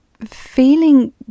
feeling